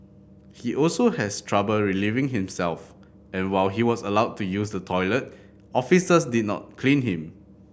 he also has trouble relieving himself and while he was allowed to use the toilet officers did not clean him